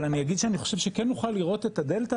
אבל אני אגיד שאני חושב שכן נוכל לראות את הדלתא